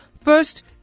First